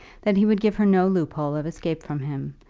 that he would give her no loophole of escape from him,